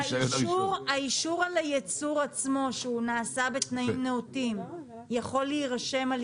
האישור על הייצור עצמו שהוא נעשה בתנאים נאותים יכול להירשם על